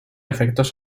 efectos